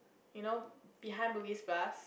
you know behind Bugis-Plus